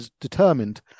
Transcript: determined